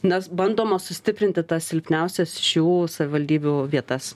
nes bandoma sustiprinti tas silpniausias šių savivaldybių vietas